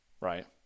right